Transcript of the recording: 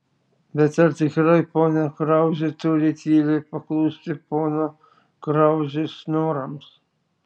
bet ar tikrai ponia krauzė turi tyliai paklusti pono krauzės norams